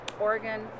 Oregon